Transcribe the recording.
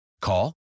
Call